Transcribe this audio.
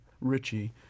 richie